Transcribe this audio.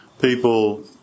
people